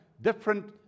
different